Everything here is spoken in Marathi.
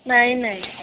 नाही नाही